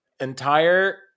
entire